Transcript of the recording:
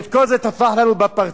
וכל זה טפח לנו בפרצוף.